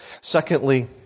Secondly